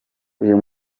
uyu